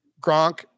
Gronk